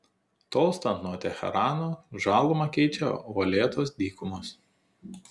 tolstant nuo teherano žalumą keičią uolėtos dykumos